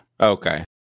Okay